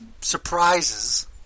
surprises